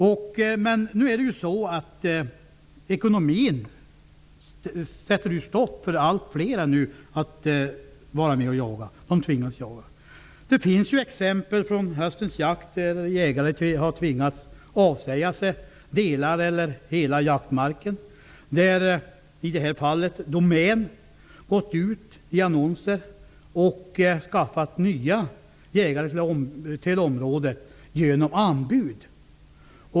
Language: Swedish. För allt fler sätter nu ekonomin stopp för möjligheten att vara med och jaga. Det finns exempel från höstens jakt där jägare har tvingats avsäga sig delar av eller hela jaktmarken. I det här fallet har Domän gått ut i annonser för att skaffa nya jägare till området genom anbud.